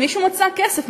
מישהו מצא כסף,